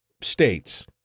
states